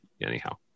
anyhow